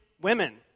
women